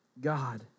God